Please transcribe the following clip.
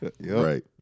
Right